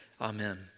amen